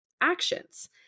actions